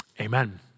amen